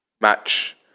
match